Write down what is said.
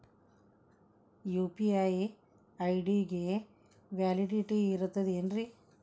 UPI ID ಗೆ validity ಇರತದ ಏನ್ರಿ?